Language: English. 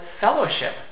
fellowship